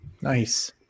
Nice